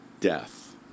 death